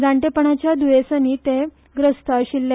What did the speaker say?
जाणटेपणाच्या द्येसानी ते ग्रस्त आशिल्ले